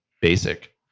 basic